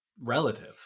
relative